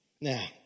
Now